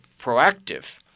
proactive